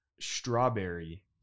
Strawberry